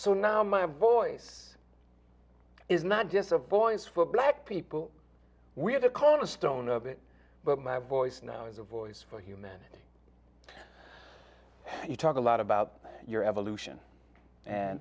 so now my voice is not just a voice for black people we have to con a stone of it but my voice now is a voice for humanity you talk a lot about your evolution and